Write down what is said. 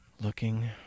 Looking